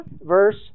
verse